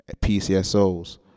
PCSOs